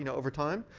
you know over time,